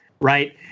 right